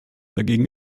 dagegen